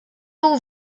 był